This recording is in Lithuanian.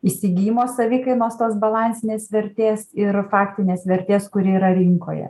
įsigijimo savikainos tos balansinės vertės ir faktinės vertės kuri yra rinkoje